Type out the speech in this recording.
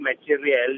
material